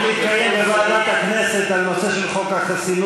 הוא צריך להתקיים בוועדת הכנסת על נושא של חוק החסינות,